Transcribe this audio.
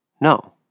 No